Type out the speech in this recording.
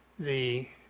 the